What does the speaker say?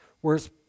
Whereas